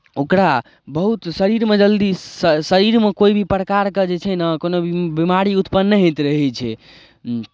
ओकरा बहुत शरीरमे जल्दी श श शरीरमे कोइ भी प्रकारके जे छै ने कोनो भी बिमारी उत्पन्न नहि होइत रहै छै